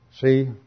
See